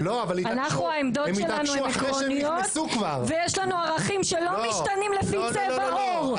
העמדות שלנו הן עקרוניות ויש לנו ערכים שלא משתנים לפי צבע עור.